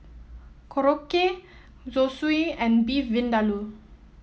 Korokke Zosui and Beef Vindaloo